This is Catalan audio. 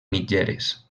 mitgeres